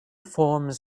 forms